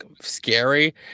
scary